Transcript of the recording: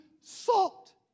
salt